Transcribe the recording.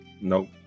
Nope